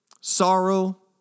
Sorrow